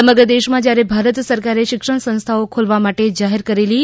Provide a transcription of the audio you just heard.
સમગ્ર દેશમાં જ્યારે ભારત સરકારે શિક્ષણ સંસ્થાઓ ખોલવા માટે જાહેર કરેલી ડ